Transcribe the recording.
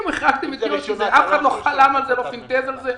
החרגתם את זה כשאף אחד לא חלם ולא פנטז על זה.